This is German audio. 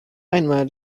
einmal